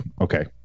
Okay